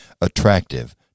attractive